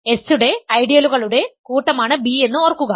S യുടെ ഐഡിയലുകളുടെ കൂട്ടമാണ് B എന്ന് ഓർക്കുക